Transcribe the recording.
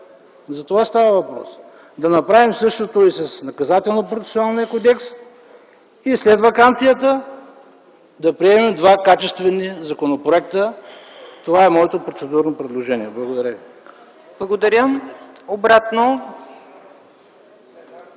За това става въпрос. Нека да направим същото и с Наказателно-процесуалния кодекс и след ваканцията да приемем два качествени законопроекта. Това е моето процедурно предложение. Благодаря. ПРЕДСЕДАТЕЛ